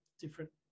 different